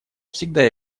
всегда